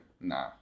nah